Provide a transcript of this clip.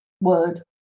word